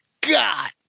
God